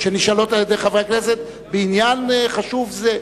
שנשאלות על-ידי חברי הכנסת בעניין חשוב זה?